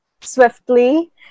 swiftly